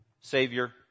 Savior